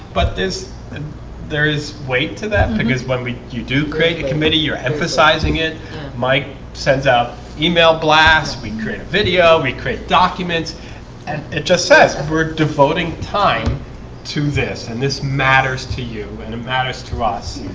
but this and there is weight to that because when we you do create a committee you're emphasizing it mike sends out email blasts we create video we create documents and it just says we're devoting time to this and this matters to you and it matters to us.